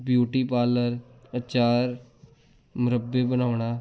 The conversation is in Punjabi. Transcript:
ਬਿਊਟੀ ਪਾਰਲਰ ਅਚਾਰ ਮੁਰੱਬੇ ਬਣਾਉਣਾ